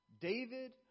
David